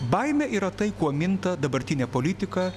baimė yra tai kuo minta dabartinė politika